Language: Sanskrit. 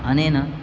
अनेन